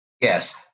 yes